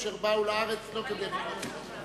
אשר באו לארץ לא כדי לחיות על חרבם.